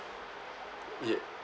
yeah